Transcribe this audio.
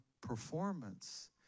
performance